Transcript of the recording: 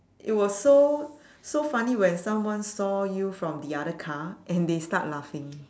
it was so so funny when someone saw you from the other car and they start laughing